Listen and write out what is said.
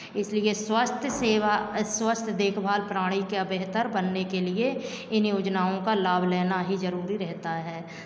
इसलिए स्वास्थ्य सेवा स्वास्थ्य देखभाल प्राणी का बेहतर बनने के लिए इन योजनाओं का लाभ लेना ही जरूरी रहता है